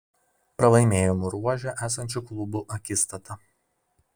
pralaimėjimų ruože esančių klubų akistata